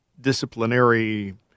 disciplinary